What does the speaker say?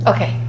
Okay